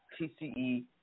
TCE